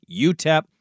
UTEP